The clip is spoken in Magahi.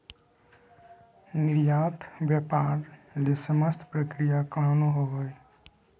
निर्यात व्यापार ले समस्त प्रक्रिया कानूनी होबो हइ